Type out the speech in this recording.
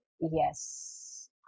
Yes